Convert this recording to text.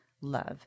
love